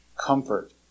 comfort